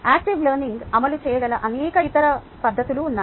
active learning అమలు చేయగల అనేక ఇతర పద్ధతులు ఉన్నాయి